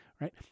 right